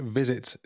visit